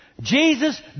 Jesus